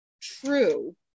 true